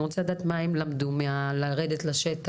אני רוצה לדעת מה הם למדו מלרדת לשטח,